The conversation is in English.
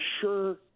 sure